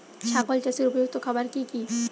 ছাগল চাষের উপযুক্ত খাবার কি কি?